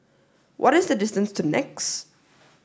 what is the distance to NEX